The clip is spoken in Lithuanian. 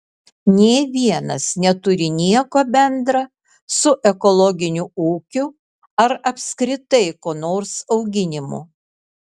nė vienas neturi nieko bendra su ekologiniu ūkiu ar apskritai ko nors auginimu